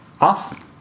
off